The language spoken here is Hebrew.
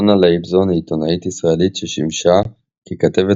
יונה לייבזון היא עיתונאית ישראלית ששימשה ככתבת